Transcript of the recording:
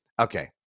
okay